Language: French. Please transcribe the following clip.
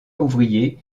ouvriers